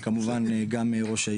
כמובן גם ראש העיר.